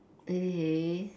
very hey